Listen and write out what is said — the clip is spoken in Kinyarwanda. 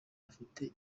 ufite